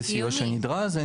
זה סיוע שנדרש.